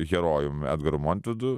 herojum edgaru montvidu